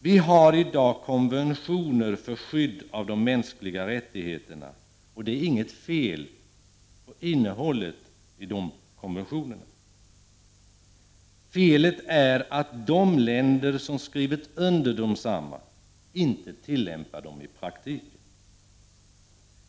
Vi har i dag konventioner för skydd av de mänskliga rättigheterna, och det är inget fel på innehållet i dem. Felet är att de länder som skrivit under desamma inte tillämpar dem i praktiken.